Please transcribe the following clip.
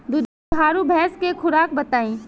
दुधारू भैंस के खुराक बताई?